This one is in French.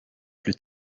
plus